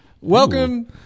Welcome